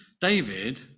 David